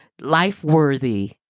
life-worthy